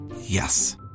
Yes